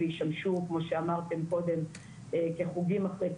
וישמשו גם לחוגים אחרי הצהריים,